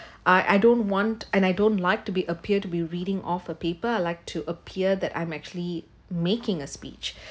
I I don't want and I don't like to be appear to be reading of a paper I like to appear that I'm actually making a speech